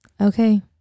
Okay